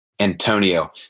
Antonio